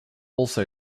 also